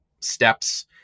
steps